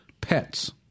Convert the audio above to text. pets